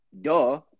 Duh